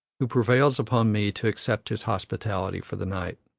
who prevails upon me to accept his hospitality for the night.